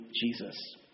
Jesus